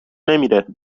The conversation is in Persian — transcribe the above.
نمیره